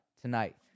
tonight